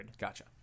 Gotcha